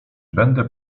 będę